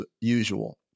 usual